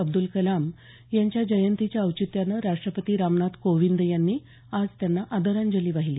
अब्दुल कलाम यांच्या जयंतीच्या औचित्यानं राष्ट्रपती रामनाथ कोविंद यांनी आज त्यांना आदरांजली वाहिली